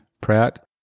Pratt